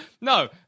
no